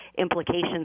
implications